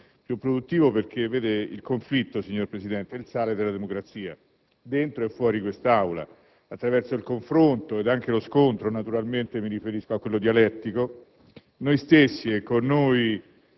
più produttivo. Infatti il conflitto è il sale della democrazia: dentro e fuori quest'Aula attraverso il confronto e anche lo scontro - naturalmente mi riferisco a quello dialettico - noi stessi, e con noi